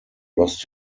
lost